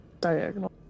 diagonal